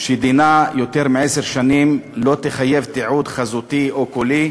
שדינה יותר מעשר שנים תחייב תיעוד חזותי או קולי,